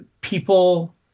people